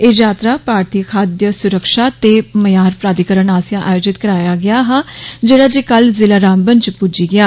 एह् यात्रा भारतीय खाद्य सुरक्षा ते मयार प्रधिकरण आस्सेआ आयोजित कराया गेआ दा जेडा जे कल जिला रामबन च पुज्जी गेआ